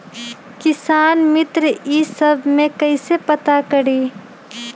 किसान मित्र ई सब मे कईसे पता करी?